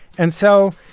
and so,